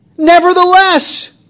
Nevertheless